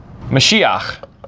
Mashiach